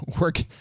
work